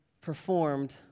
performed